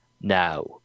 now